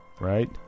right